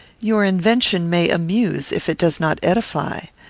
your invention may amuse if it does not edify.